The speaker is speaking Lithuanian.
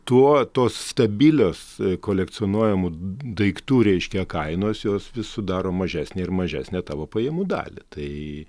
tuo tos stabilios kolekcionuojamų daiktų reiškia kainos jos vis sudaro mažesnę ir mažesnę tavo pajamų dalį tai